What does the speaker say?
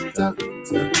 doctor